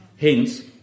Hence